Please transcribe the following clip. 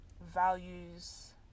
values